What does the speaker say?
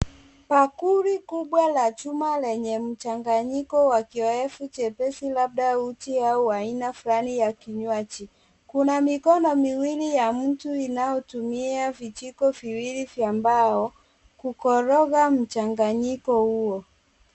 Bakuli kubwa la chuma lenye mchanganyiko wa kioevu chepesi, labda uji au aina fulani ya kinywaji. Kuna mikono miwili ya mtu inayotumia vijiko viwili vya mbao, kukoroga mchanganyiko huo.